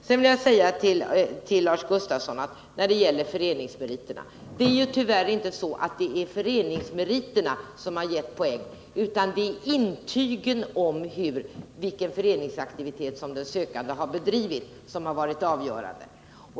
Sedan vill jag säga till Lars Gustafsson beträffande föreningsmeriterna att det tyvärr inte är så att det är föreningsmeriterna i sig som har givit poäng, utan det är intygen om vilken föreningsaktivitet som den sökande har bedrivit som har varit avgörande.